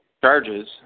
charges